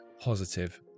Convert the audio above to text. positive